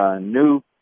new